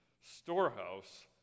storehouse